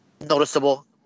noticeable